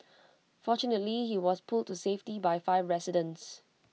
fortunately he was pulled to safety by five residents